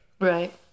Right